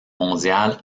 mondiale